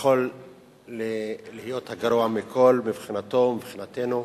עלול להיות הגרוע מכול, מבחינתו ומבחינתנו,